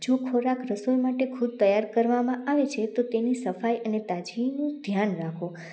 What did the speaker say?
જો ખોરાક રસોઈ માટે ખુબ તૈયાર કરવામાં આવે છે તો તેની સફાઈ અને તાજગીનું ધ્યાન રાખો